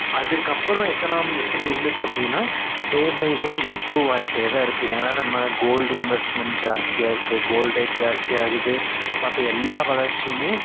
அதுக்கப்புறம் எக்கனாமி எப்படி இருந்துச்சு அப்படின்னா டே பை டே இம்ப்ரூவ் ஆகிட்டே தான் இருக்குது ஏன்னா நம்ம கோல்டு இன்வெஸ்ட்மெண்ட் ஜாஸ்தியாக இருக்குது கோல்ட் ரேட் ஜாஸ்தி ஆகுது மற்ற எல்லா வளர்ச்சியுமே